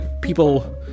people